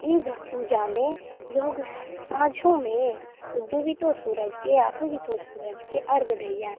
ई ध पूजामे लोक साँझोँमे डुबितो सूरजके आ उगितो सूरजके अर्घ्य दैए